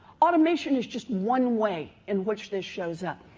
automation is just one way in which this shows up.